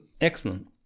excellent